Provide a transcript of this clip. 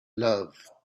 love